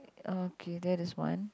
okay that is one